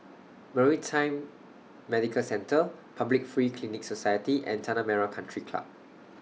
Maritime Medical Centre Public Free Clinic Society and Tanah Merah Country Club